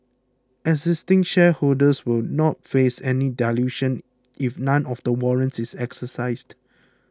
existing shareholders will not face any dilution if none of the warrants is exercised